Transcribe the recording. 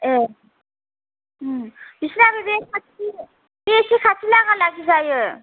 ए ओं बिस्राबो बे एसे खाथि लागा लागि जायो